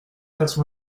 quatre